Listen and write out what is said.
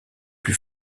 plus